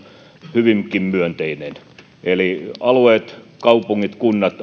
hyvinkin myönteinen eli alueet kaupungit kunnat